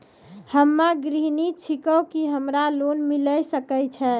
हम्मे गृहिणी छिकौं, की हमरा लोन मिले सकय छै?